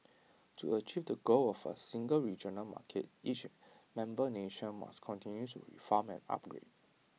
to achieve the goal of A single regional market each member nation must continue to reform and upgrade